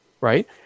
Right